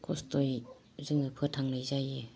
खस्थ'यै जोङो फोथांनाय जायो